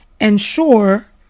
ensure